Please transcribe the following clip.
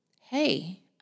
hey